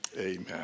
Amen